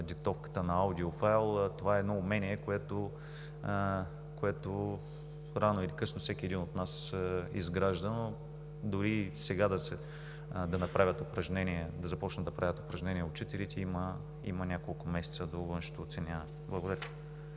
диктовката на аудиофайл, това е едно умение, което рано или късно всеки от нас изгражда. Дори сега да започнат да правят упражнения учителите, има няколко месеца до външното оценяване. Благодаря.